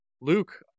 Luke